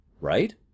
Right